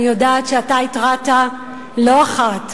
אני יודעת שאתה התרעת לא אחת,